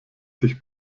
sich